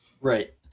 Right